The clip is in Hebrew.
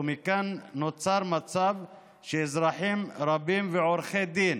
ומכאן נוצר מצב שאזרחים רבים ועורכי דין